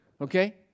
okay